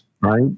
right